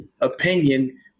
opinion